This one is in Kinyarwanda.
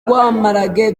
rwamparage